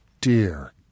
dear